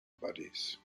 buddies